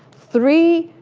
three,